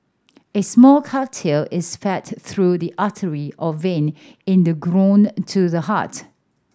a small catheter is fed through the artery or vein in the groin to the heart